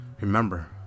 Remember